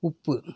உப்பு